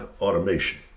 automation